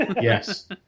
Yes